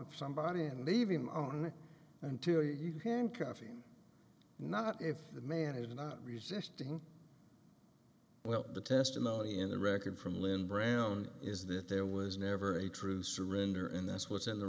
on somebody and leave him alone until you can caffeine not if the man is not resisting well the testimony in the record from lynn brown is that there was never a true surrender in this what's in the